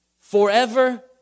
forever